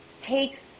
takes